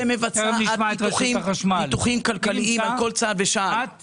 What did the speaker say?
שמבצעת ניתוחים כלכליים על כל צעד ושעל.